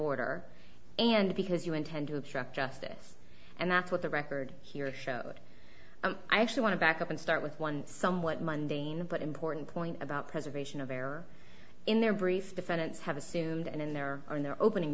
order and because you intend to obstruct justice and that's what the record here showed and i actually want to back up and start with one somewhat mundine but important point about preservation of error in their brief defendants have assumed and in their or in their opening